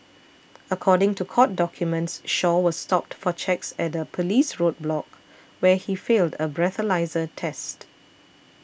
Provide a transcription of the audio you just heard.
according to court documents Shaw was stopped for checks at a police roadblock where he failed a breathalyser test